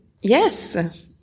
yes